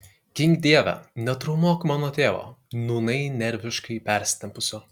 gink dieve netraumuok mano tėvo nūnai nerviškai persitempusio